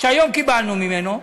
שהיום קיבלנו ממנו,